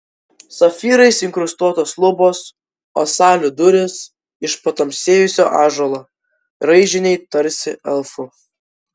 safyrais inkrustuotos lubos o salių durys iš patamsėjusio ąžuolo raižiniai tarsi elfų